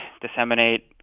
disseminate